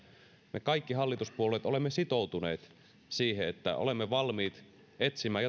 me kaikki hallituspuolueet olemme sitoutuneet siihen että olemme valmiit etsimään